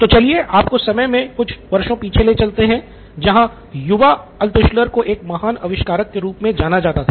तो चलिये आपको समय मे कुछ वर्षों पीछे ले चलते हैं जहां युवा अल्त्शुलर को एक महान आविष्कारक के रूप में जाना जाता था